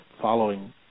following